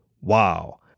Wow